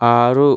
ఆరు